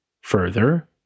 Further